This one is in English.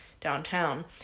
downtown